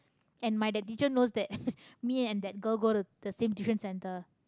and my that teacher knows that me and that girl go to the same tuition centre